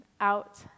out